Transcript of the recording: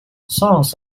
songs